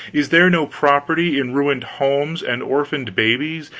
is there no property in ruined homes, and orphaned babes,